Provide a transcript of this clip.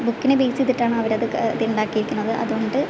ബുക്കിനെ base ചെയ്തിട്ടാണ് അവരതൊക്കെ ഉണ്ടാക്കി ഇരിക്കണത് അതുകൊണ്ട്